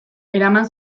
eraman